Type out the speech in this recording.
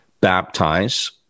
baptize